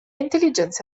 intelligenze